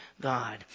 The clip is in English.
God